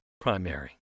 primary